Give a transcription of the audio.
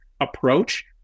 approach